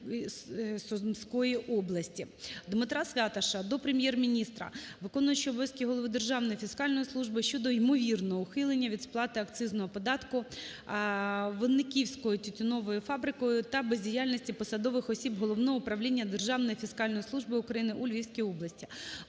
Дмитра Святаша до Прем'єр-міністра, виконуючого обов'язки голови Державної фіскальної служби щодо ймовірного ухилення від сплати акцизного податку Винниківською тютюновою фабрикою та бездіяльності посадових осіб Головного управління Державної фіскальної служби України у Львівській області.